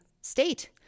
state